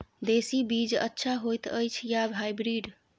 देसी बीज अच्छा होयत अछि या हाइब्रिड?